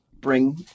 Bring